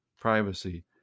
privacy